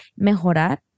mejorar